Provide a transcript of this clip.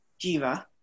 Jiva